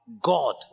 God